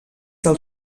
del